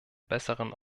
besseren